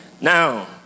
Now